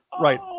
right